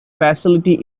facility